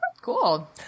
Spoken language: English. Cool